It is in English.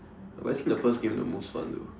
but I think the first game the most fun though